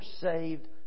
saved